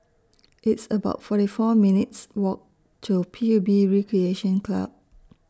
It's about forty four minutes' Walk to P U B Recreation Club